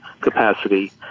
capacity